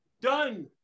done